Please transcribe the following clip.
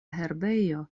herbejo